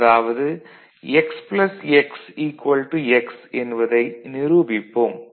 அதாவது x x x என்பதை நிரூபிப்போம்